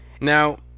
Now